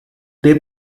they